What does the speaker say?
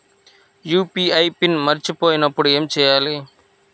UPI PIN మరచిపోయినప్పుడు ఏమి చేయాలి?